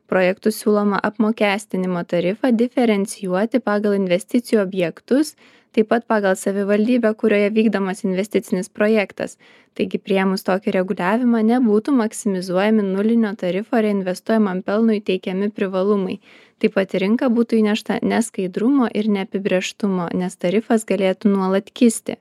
projektu siūloma apmokestinimo tarifą diferencijuoti pagal investicijų objektus taip pat pagal savivaldybę kurioje vykdomas investicinis projektas taigi priėmus tokį reguliavimą nebūtų maksimizuojami nulinio tarifo reinvestuojamam pelnui teikiami privalumai taip pat į rinką būtų įnešta neskaidrumo ir neapibrėžtumo nes tarifas galėtų nuolat kisti